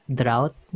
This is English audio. drought